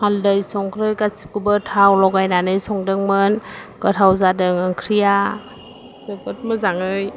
हालदै संख्रै गासिखौबो थाव लगायनानै संदोंमोन गोथाव जादों ओंख्रैया जोबोद मोजाङै